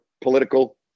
political